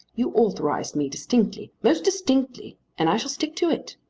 you authorized me, distinctly most distinctly, and i shall stick to it.